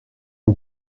the